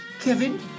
Kevin